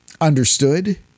understood